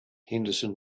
henderson